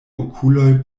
okuloj